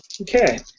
Okay